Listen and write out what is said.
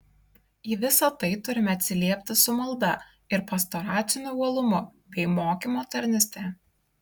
į visa tai turime atsiliepti su malda ir pastoraciniu uolumu bei mokymo tarnyste